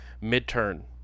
Mid-turn